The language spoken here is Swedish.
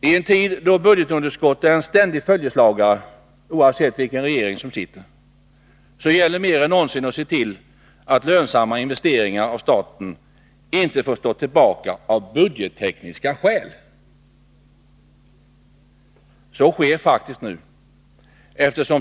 I en tid då budgetunderskott är en ständig följeslagare, oavsett vilken regering som har makten, gäller mer än någonsin att se till att för staten lönsamma investeringar inte får stå tillbaka av budgettekniska skäl. Men så sker faktiskt nu.